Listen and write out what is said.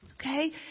Okay